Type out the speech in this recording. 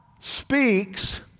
speaks